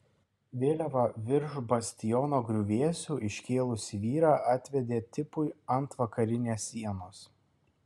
vėliavą virš bastiono griuvėsių iškėlusį vyrą atvedė tipui ant vakarinės sienos